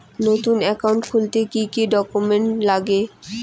নতুন একাউন্ট খুলতে কি কি ডকুমেন্ট লাগে?